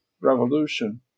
revolution